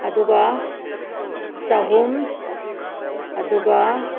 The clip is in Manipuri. ꯑꯗꯨꯒ ꯆꯍꯨꯝ ꯑꯗꯨꯒ